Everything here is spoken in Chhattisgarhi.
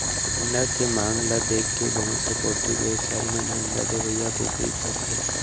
अंडा के मांग ल देखके बहुत से पोल्टी बेवसायी मन अंडा देवइया कुकरी पोसथें